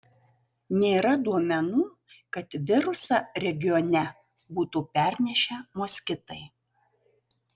nėra duomenų kad virusą regione būtų pernešę moskitai